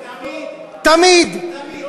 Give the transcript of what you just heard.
תמיד, תמיד.